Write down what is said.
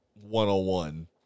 one-on-one